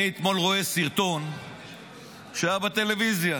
אתמול אני רואה סרטון שהיה בטלוויזיה.